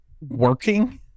working